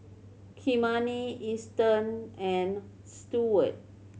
Kymani Easton and Stewart